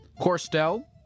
Corstel